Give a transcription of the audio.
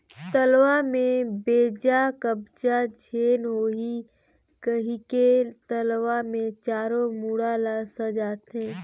तलवा में बेजा कब्जा झेन होहि कहिके तलवा मे चारों मुड़ा ल सजाथें